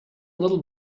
little